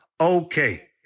okay